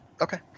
Okay